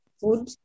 food